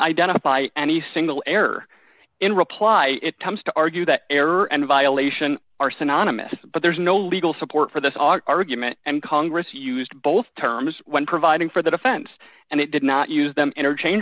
identify any single error in reply it comes to argue that error and violation are synonymous but there's no legal support for this are human and congress used both terms when providing for the defense and it did not use them interchange